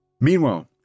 Meanwhile